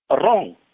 wrong